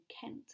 Kent